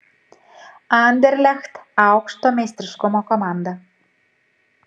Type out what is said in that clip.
anderlecht aukšto meistriškumo komanda